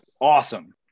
awesome